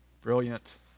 Brilliant